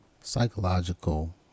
Psychological